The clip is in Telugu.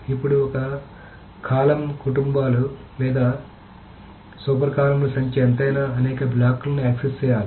ఇప్పుడు ఇక్కడ కాలమ్ కుటుంబాలు లేదా సూపర్ కాలమ్ల సంఖ్య ఎంతైనా అనేక బ్లాక్లను యాక్సెస్ చేయాలి